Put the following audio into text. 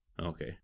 Okay